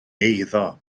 eiddo